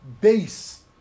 base